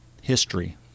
history